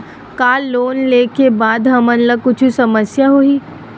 का लोन ले के बाद हमन ला कुछु समस्या होही?